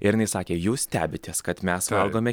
ir jinai sakė jūs stebitės kad mes valgome